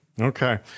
Okay